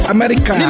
America